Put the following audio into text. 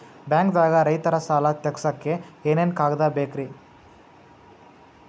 ಬ್ಯಾಂಕ್ದಾಗ ರೈತರ ಸಾಲ ತಗ್ಸಕ್ಕೆ ಏನೇನ್ ಕಾಗ್ದ ಬೇಕ್ರಿ?